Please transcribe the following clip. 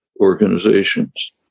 organizations